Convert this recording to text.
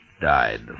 died